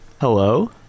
hello